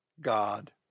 God